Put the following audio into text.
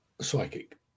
psychic